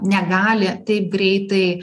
negali taip greitai